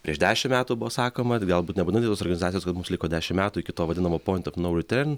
prieš dešim metų buvo sakoma galbūt nebūtinai tos organizacijos kad mums liko dešim metų iki to vadinamo point of no return